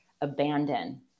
abandon